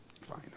Fine